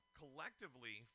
collectively